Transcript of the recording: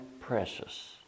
precious